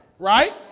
Right